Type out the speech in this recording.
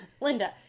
Linda